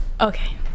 Okay